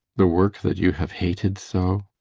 the work that you have hated so?